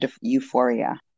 euphoria